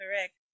correct